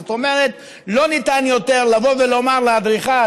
זאת אומרת כבר לא ניתן לבוא ולומר לאדריכל,